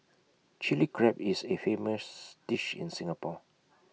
Chilli Crab is A famous dish in Singapore